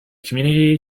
community